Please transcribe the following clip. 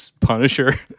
Punisher